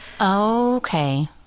Okay